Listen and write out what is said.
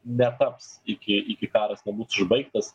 netaps iki iki karas nebus užbaigtas